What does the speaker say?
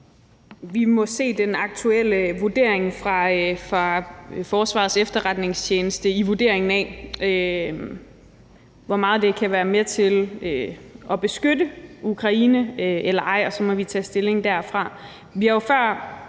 Vi må se den aktuelle vurdering fra Forsvarets Efterretningstjeneste i forhold til vurderingen af, hvor meget det kan være med til at beskytte Ukraine eller ej, og så må vi tage stilling derfra.